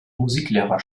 musiklehrer